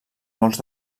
molts